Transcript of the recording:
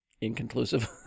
Inconclusive